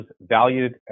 valued